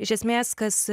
iš esmės kas